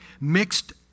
Mixed